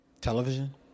Television